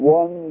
one